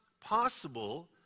possible